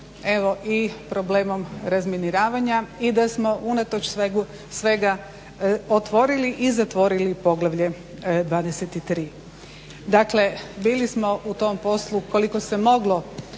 evo i problemom razminiravanja i da smo unatoč svega otvorili i zatvorili poglavlje 23. Dakle bili smo u tom poslu koliko se moglo